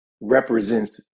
represents